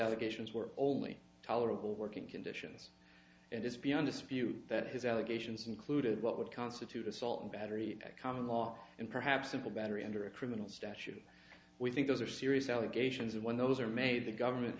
issues were only tolerable working conditions and it's beyond dispute that his allegations included what would constitute assault and battery common law and perhaps simple battery under a criminal statute we think those are serious allegations and when those are made the government